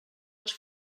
els